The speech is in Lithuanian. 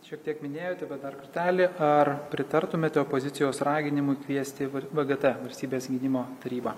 šiek tiek minėjote bet dar kartelį ar pritartumėte opozicijos raginimui kviesti vgt valstybės gynimo tarybą